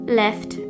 left